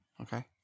okay